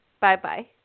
Bye-bye